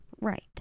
Right